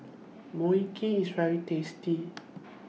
Mui Kee IS very tasty